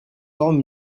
forme